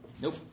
Nope